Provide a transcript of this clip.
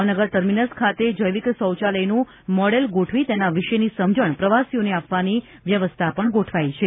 Bhavnagar terminus ખાતે જૈવિક શોચાલયનું મોડેલ ગોઠવી તેના વિશેની સમજણ પ્રવાસીઓને આપવાની વ્યવસ્થા ગોઠવાઇ છે